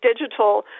digital